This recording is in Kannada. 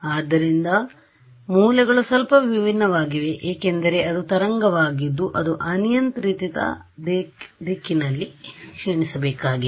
ಆದ್ದರಿಂದ ಮೂಲೆಗಳು ಸ್ವಲ್ಪ ವಿಭಿನ್ನವಾಗಿವೆ ಏಕೆಂದರೆ ಅದು ತರಂಗವಾಗಿದ್ದು wave ಅದು ಅನಿಯಂತ್ರಿತ ದಿಕ್ಕಿನಲ್ಲಿ ಕ್ಷೀಣಿಸಬೇಕಾಗಿದೆ